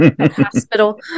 Hospital